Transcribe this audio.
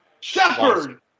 Shepard